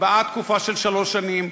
נקבעה תקופה של שלוש שנים.